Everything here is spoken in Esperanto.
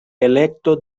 elekto